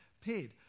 paid